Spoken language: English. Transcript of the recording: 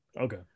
okay